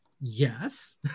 Yes